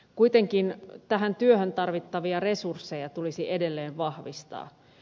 kuitenkin tähän työhön tarvittavia resursseja tulisi edelleen vahvistaa